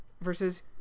Versus